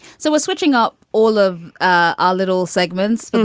so we're switching up all of our little segments. and